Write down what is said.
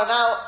now